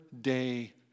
day